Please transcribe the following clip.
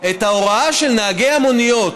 את ההוראה של נהגי המוניות,